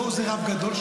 לא איזה רב גדול,